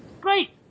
Great